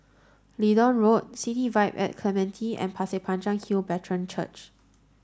Leedon Road City Vibe at Clementi and Pasir Panjang Hill Brethren Church